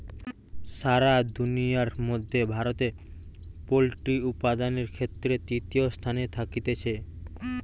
সারা দুনিয়ার মধ্যে ভারতে পোল্ট্রি উপাদানের ক্ষেত্রে তৃতীয় স্থানে থাকতিছে